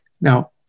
Now